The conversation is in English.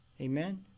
Amen